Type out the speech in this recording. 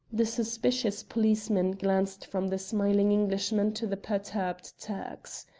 the suspicious policemen glanced from the smiling englishman to the perturbed turks.